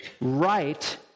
right